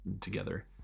together